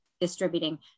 distributing